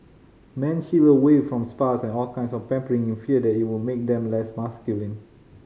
men shied away from spas and all kinds of pampering in fear that it would make them less masculine